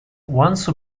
once